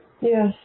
Yes